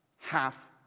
half